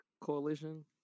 coalition